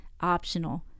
optional